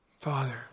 Father